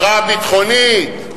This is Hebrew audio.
הכרעה ביטחונית,